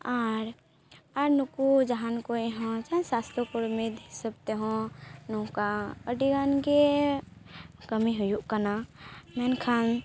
ᱟᱨ ᱱᱩᱠᱩ ᱡᱟᱦᱟᱱ ᱠᱚᱦᱚᱸ ᱡᱟᱦᱟᱸᱭ ᱥᱟᱥᱛᱷᱚ ᱠᱚᱨᱢᱤ ᱦᱤᱥᱟᱹᱵᱽ ᱛᱮᱦᱚᱸ ᱱᱚᱝᱠᱟ ᱟᱹᱰᱤ ᱜᱟᱱ ᱜᱮ ᱠᱟᱹᱢᱤ ᱦᱩᱭᱩᱜ ᱠᱟᱱᱟ ᱢᱮᱱᱠᱷᱟᱱ